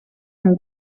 amb